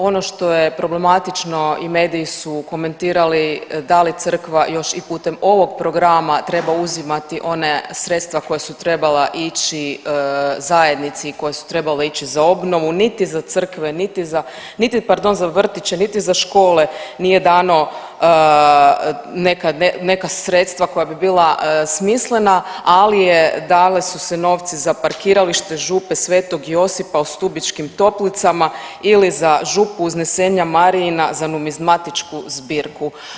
Ono što je problematično i mediji su komentirali da li Crkva još i putem ovog programa treba uzimati ona sredstva koja su trebala ići zajednici i koja su trebala ići za obnovu, niti za crkve niti za, niti, pardon, za vrtiće niti za škole nije dano neka sredstva koja bi bila smislena, ali je, dale su se novci za parkiralište Župe sv. Josipa u Stubičkim Toplicama ili u Župu Uznesenja Marijina za numizmatičku zbirku.